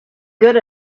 good